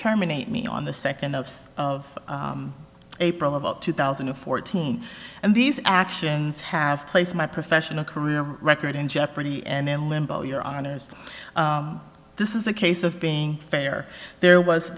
terminate me on the second ups of april about two thousand and fourteen and these actions have placed my professional career record in jeopardy and in limbo your honest this is a case of being fair there was